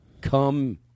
come